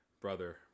brother